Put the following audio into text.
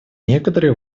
некоторые